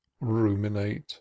ruminate